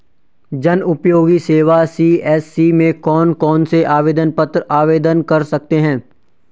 जनउपयोगी सेवा सी.एस.सी में कौन कौनसे आवेदन पत्र आवेदन कर सकते हैं?